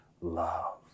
love